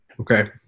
Okay